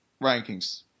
rankings